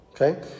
Okay